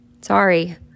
Sorry